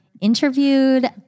interviewed